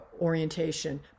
orientation